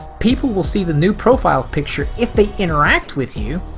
people will see the new profile picture if they interact with you